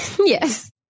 yes